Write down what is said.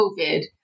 COVID